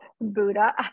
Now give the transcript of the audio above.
Buddha